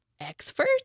expert